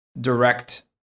direct